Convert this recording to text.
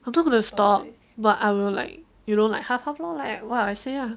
I'm not gonna stop but I will like you know like half half loh like what I say lah